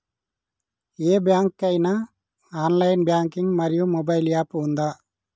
ఏ bank కి ఐనా online banking మరియు మొబైల్ యాప్ ఉందా?